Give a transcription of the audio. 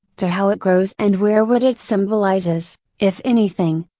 to how it grows and where what it symbolizes, if anything,